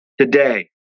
Today